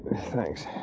Thanks